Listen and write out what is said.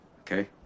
Okay